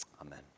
amen